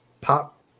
pop